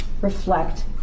reflect